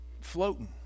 floating